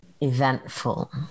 eventful